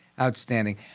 Outstanding